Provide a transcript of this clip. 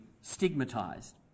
stigmatized